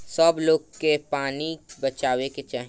सब लोग के की पानी बचावे के चाही